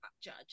judge